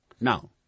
Now